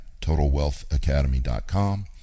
TotalWealthAcademy.com